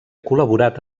col·laborat